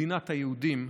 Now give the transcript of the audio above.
מדינת היהודים,